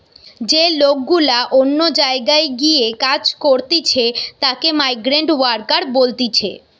যে লোক গুলা অন্য জায়গায় গিয়ে কাজ করতিছে তাকে মাইগ্রান্ট ওয়ার্কার বলতিছে